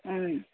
उम्